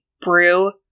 brew